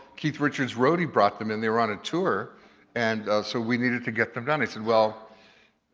keith richards' roadie brought them in. they were on a tour and so we needed to get them done. i said, well,